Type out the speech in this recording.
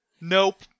Nope